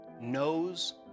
knows